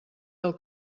del